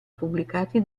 pubblicati